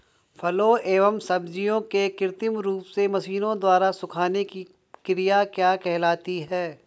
फलों एवं सब्जियों के कृत्रिम रूप से मशीनों द्वारा सुखाने की क्रिया क्या कहलाती है?